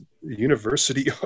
university